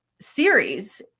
series